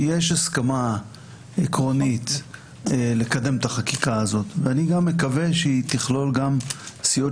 יש הסכמה עקרונית לקדם את החקיקה הזאת ואני מקווה שהיא תכלול גם סיעות